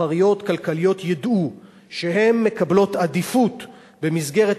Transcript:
מסחריות כלכליות ידעו שהן מקבלות עדיפות במסגרת